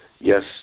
yes